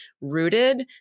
rooted